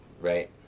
Right